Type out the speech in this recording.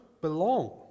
belong